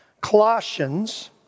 Colossians